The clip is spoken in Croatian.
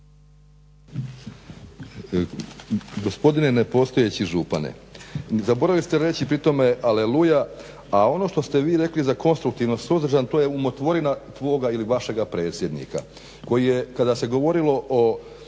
Gospodine nepostojeći župane, zaboravili ste reći pri tome aleluja, a ono što ste vi rekli za konstruktivno suzdržan to je umotvorina tvoga ili vašega predsjednika koji je kada se govorilo o